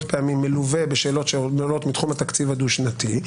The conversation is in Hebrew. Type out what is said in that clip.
פעמים מלווה בשאלות שעולות מתחום התקציב הדו שנתי,